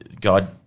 God